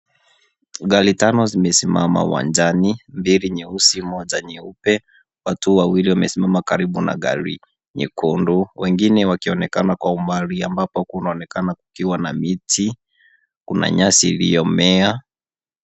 Gari tano zimesimama uwanjani. Mbili nyeusi moja nyeupe. Watu wawili wamesimama karibu na gari nyekundu. Wengine wakionekana kuwa mahali ambapo kunaoneka kuwa na miti, kuna nyasi iliyomea.